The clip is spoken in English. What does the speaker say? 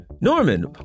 Norman